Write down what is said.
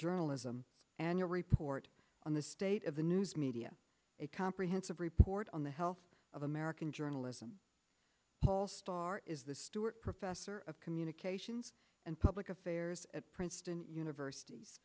journalism and a report on the state of the news media a comprehensive report on the health of american journalism paul stoddart is the stuart professor of communications and public affairs at princeton universit